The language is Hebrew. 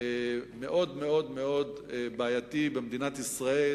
מאוד מאוד מאוד בעייתי במדינת ישראל,